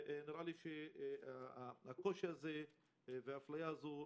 נראה לי שהקושי הזה והאפליה הזו,